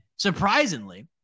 Surprisingly